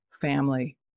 family